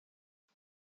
jag